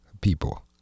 people